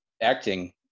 acting